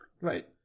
right